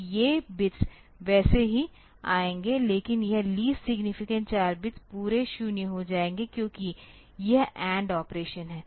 तो ये बिट्स वैसे ही आएंगे लेकिन यह लीस्ट सिग्नीफिकेंट 4 बिट्स पूरे 0 हो जाएंगे क्योंकि यह AND ऑपरेशन है